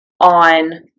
on